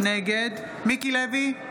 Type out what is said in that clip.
נגד מיקי לוי,